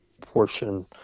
portion